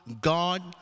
God